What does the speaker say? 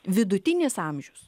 vidutinis amžius